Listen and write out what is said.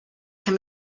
can